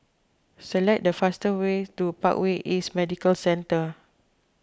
select the fastest way to Parkway East Medical Centre